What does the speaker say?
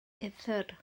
uthr